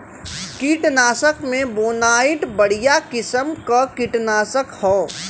कीटनाशक में बोनाइट बढ़िया किसिम क कीटनाशक हौ